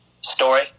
story